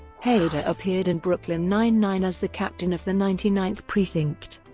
hader appeared in brooklyn nine-nine as the captain of the ninety ninth precinct.